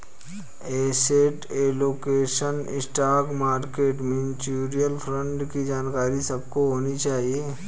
asset allocation, stock market, mutual fund की जानकारी सबको होनी चाहिए